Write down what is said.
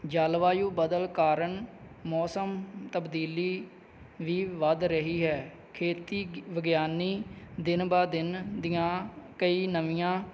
ਜਲਵਾਯੂ ਬਦਲ ਕਾਰਣ ਮੌਸਮ ਤਬਦੀਲੀ ਵੀ ਵੱਧ ਰਹੀ ਹੈ ਖੇਤੀ ਗਿ ਵਿਗਿਆਨੀ ਦਿਨ ਬ ਦਿਨ ਦੀਆਂ ਕਈ ਨਵੀਆਂ